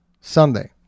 Sunday